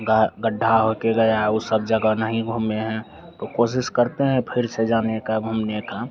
गा गड्ढा होकर गया ऊ सब जगह नहीं घूमे हैं तो कोशिश करते हैं फिर से जाने का अब हमने कहा